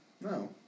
No